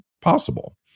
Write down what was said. possible